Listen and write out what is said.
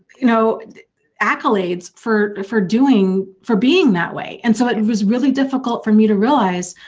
you know accolades for for doing. for being that way and so it and was really difficult for me to realize,